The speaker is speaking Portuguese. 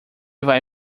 vai